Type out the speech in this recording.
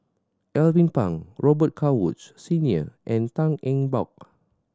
Alvin Pang Robet Carr Woods Senior and Tan Eng Bock